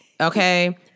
Okay